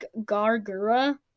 Gargura